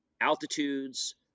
altitudes